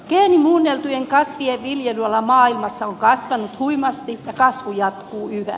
geenimuunneltujen kasvien viljelyala maailmassa on kasvanut huimasti ja kasvu jatkuu yhä